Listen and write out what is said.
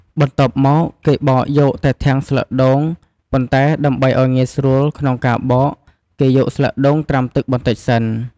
បន្ទាប់មកគេបកយកតែធាងស្លឹកដូង ប៉ុន្តែដើម្បីឲ្យងាយស្រួលក្នុងការបក គេយកស្លឹកដូងត្រាំទឹកបន្តិចសិន។